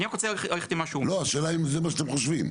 לא, השאלה אם זה מה שאתם חושבים.